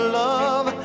love